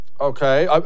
Okay